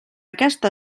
aquesta